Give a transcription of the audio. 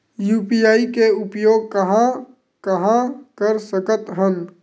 UPI के उपयोग कहां कहा कर सकत हन?